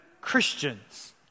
Christians